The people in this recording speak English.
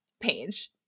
page